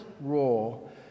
role